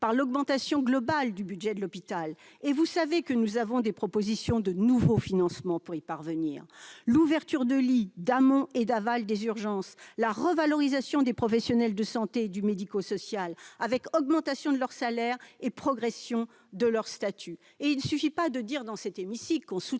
par l'augmentation globale du budget de l'hôpital- vous savez que nous avons des propositions de nouveaux financements pour y parvenir -, l'ouverture de lits d'amont et d'aval des urgences et la revalorisation des professionnels de santé et du médico-social, avec une augmentation de leurs salaires et une progression de leur statut. Il ne suffit pas de dire, dans cet hémicycle, que l'on soutient